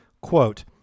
quote